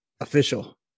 official